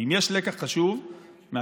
ואם יש לקח חשוב מהקורונה